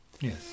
Yes